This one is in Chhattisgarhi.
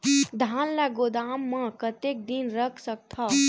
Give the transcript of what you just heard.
धान ल गोदाम म कतेक दिन रख सकथव?